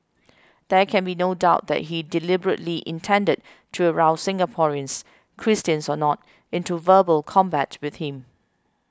there can be no doubt that he deliberately intended to arouse Singaporeans Christians or not into verbal combat with him